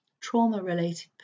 trauma-related